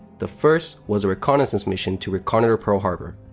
the first was a reconnaissance mission to reconnoiter pearl harbor.